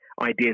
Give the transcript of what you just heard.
ideas